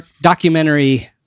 documentary